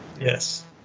yes